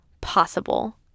possible